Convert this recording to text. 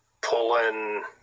Pulling